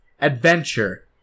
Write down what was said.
Adventure